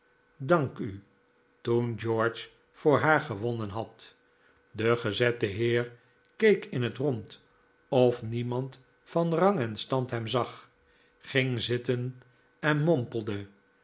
dank u toen george voor haar gewonnen had de gezette heer keek in het rond of niemand van rang en stand hem zag ging zitten en mompelde